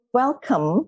welcome